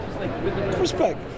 Respect